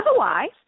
Otherwise